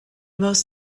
most